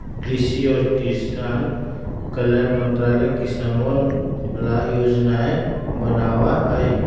कृषि और किसान कल्याण मंत्रालय किसनवन ला योजनाएं बनावा हई